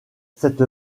cette